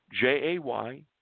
jay